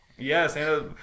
yes